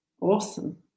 awesome